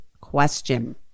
question